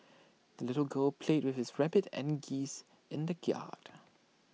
the little girl played with his rabbit and geese in the yard